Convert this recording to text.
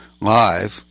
live